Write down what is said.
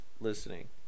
listening